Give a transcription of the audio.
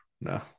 No